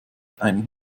einen